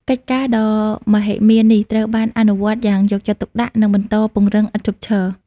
កិច្ចការដ៏មហិមានេះត្រូវបានអនុវត្តយ៉ាងយកចិត្តទុកដាក់ និងបន្តពង្រឹងឥតឈប់ឈរ។